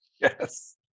yes